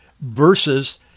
versus